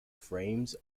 frames